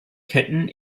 ketten